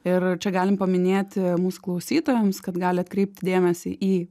ir čia galim paminėti mūsų klausytojams kad gali atkreipti dėmesį į